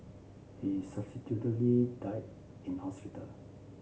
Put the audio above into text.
he subsequently died in hospital